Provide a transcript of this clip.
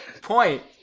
point